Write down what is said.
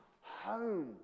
home